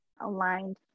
aligned